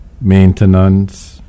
maintenance